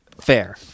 Fair